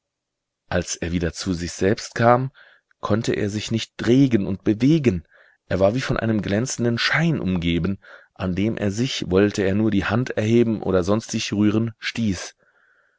als er wieder zu sich selbst kam konnte er sich nicht regen und bewegen er war wie von einem glänzenden schein umgeben an dem er sich wollte er nur die hand erheben oder sonst sich rühren stieß